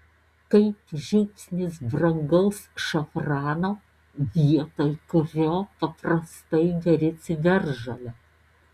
kaip žiupsnis brangaus šafrano vietoj kurio paprastai beri ciberžolę